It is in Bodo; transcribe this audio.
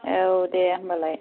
औ दे होमबालाय